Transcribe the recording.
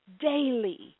Daily